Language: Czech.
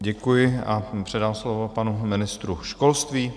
Děkuji a předám slovo panu ministru školství.